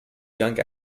young